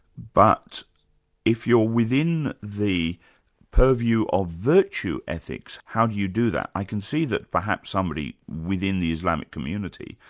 but if you're within the purview of virtue ethics how do you do that? i can see that perhaps somebody within the islamic community,